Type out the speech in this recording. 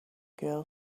girl